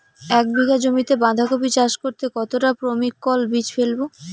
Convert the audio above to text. এক বিঘা জমিতে বাধাকপি চাষ করতে কতটা পপ্রীমকন বীজ ফেলবো?